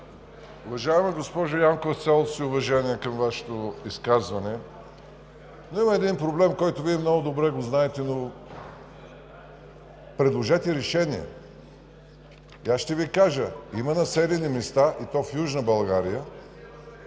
Уважаема госпожо Янкова, с цялото ми уважение към Вашето изказване, но има един проблем, който Вие много добре го знаете. Предложете решение. Ще Ви кажа: има населени места, и то в Южна България,